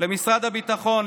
למשרד הביטחון,